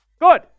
good